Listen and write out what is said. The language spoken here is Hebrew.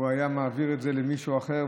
הוא היה מעביר את זה למישהו אחר,